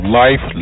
life